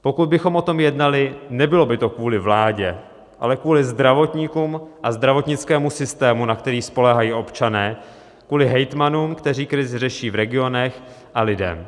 Pokud bychom o tom jednali, nebylo by to kvůli vládě, ale kvůli zdravotníkům a zdravotnickému systému, na který spoléhají občané, kvůli hejtmanům, kteří krizi řeší v regionech, a lidem.